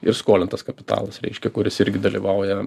ir skolintas kapitalas reiškia kuris irgi dalyvauja